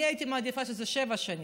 אני הייתי מעדיפה שיהיה שבע שנים.